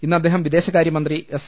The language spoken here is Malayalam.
ഇന്ന് അദ്ദേഹം വിദേശകാര്യമന്ത്രി എസ്